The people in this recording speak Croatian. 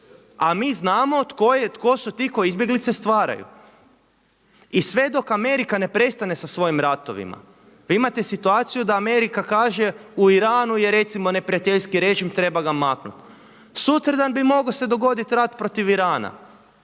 A mi znamo tko su ti koji izbjeglice stvaraju. I sve dok Amerika ne prestane sa svojim ratovima, vi imate situaciju da Amerika kaže u Iranu je recimo neprijateljski režim, treba ga maknuti, sutra dan bi mogao se dogoditi rat protiv Irana.